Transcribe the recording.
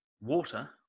water